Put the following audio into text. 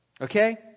Okay